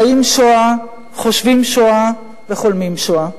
חיים שואה, חושבים שואה וחולמים שואה.